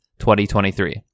2023